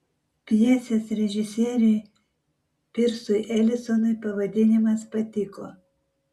pjesės režisieriui pirsui elisonui pavadinimas patiko